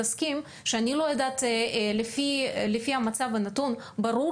תסכים שאני לא יודעת לפי המצב הנתון ברור